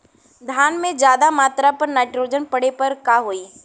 धान में ज्यादा मात्रा पर नाइट्रोजन पड़े पर का होई?